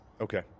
okay